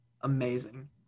Amazing